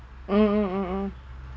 mm mm mm mm